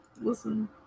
Listen